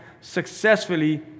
Successfully